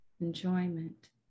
enjoyment